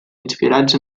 inspirats